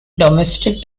domestic